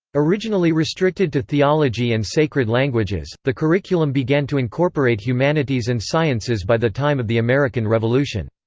originally restricted to theology and sacred languages, the curriculum began to incorporate humanities and sciences by the time of the american revolution.